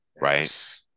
right